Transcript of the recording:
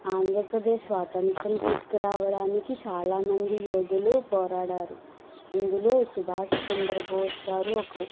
ఆంధ్రప్రదేశ్ స్వాతంత్రం తీసుకురావడానికి చాలామంది యోధులు పోరాడారు అందులో సుభాష్చంద్రబోస్ గారు ఒకరు